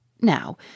Now